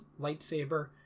lightsaber